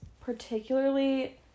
particularly